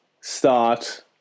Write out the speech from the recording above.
start